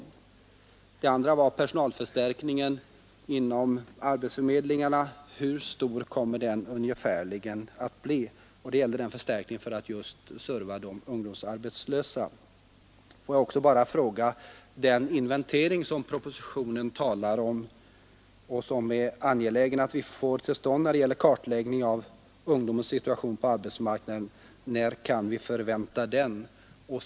Den andra punkten gäller frågan om hur stor personalförstärkningen inom arbetsförmedlingarna ungefärligen kommer att bli i syfte att just ge service åt de ungdomsarbetslösa. Får jag också bara beträffande den inventering som propositionen talar om och som det är angeläget att vi får till stånd när det gäller kartläggning av ungdomens situation på arbetsmarknaden fråga, när vi kan förvänta den.